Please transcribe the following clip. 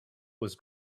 was